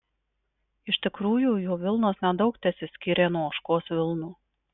iš tikrųjų jų vilnos nedaug tesiskyrė nuo ožkos vilnų